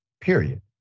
period